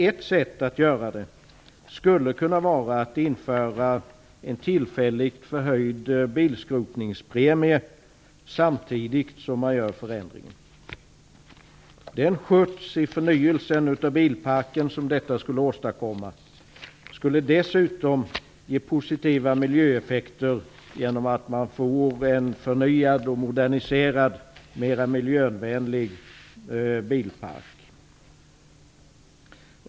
Ett sätt att göra det skulle kunna vara att införa en tillfälligt förhöjd bilskrotningspremie samtidigt som man gör förändringen. Den skjuts som förnyelsen av bilparken skulle få genom detta, skulle dessutom ge positiva miljöeffekter, genom att man får en förnyad och moderniserad, mera miljövänlig bilpark.